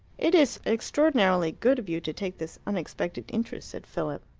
it is extraordinarily good of you to take this unexpected interest, said philip.